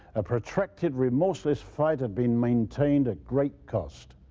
a protracted, remorseless fight had been maintained at great cost.